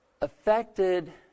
affected